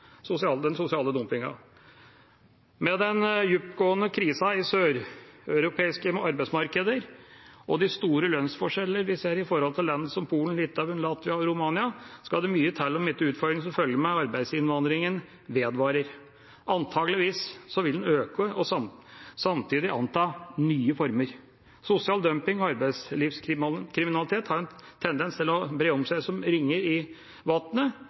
den sosiale dumpingen. Med den dyptgående krisen i de søreuropeiske arbeidsmarkedene og de store lønnsforskjellene vi ser i forhold til land som Polen, Litauen, Latvia og Romania, skal det mye til om ikke utfordringer som følger med arbeidsinnvandringen, vedvarer. Antakeligvis vil den øke og samtidig anta nye former. Sosial dumping og arbeidslivskriminalitet har en tendens til å bre om seg som ringer i